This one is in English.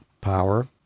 power